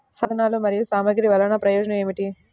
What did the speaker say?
సాధనాలు మరియు సామగ్రి వల్లన ప్రయోజనం ఏమిటీ?